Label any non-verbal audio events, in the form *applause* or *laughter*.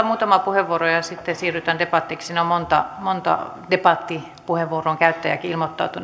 *unintelligible* muutama puheenvuoro ja sitten siirrytään debattiin täällä on monta debattipuheenvuoron käyttäjääkin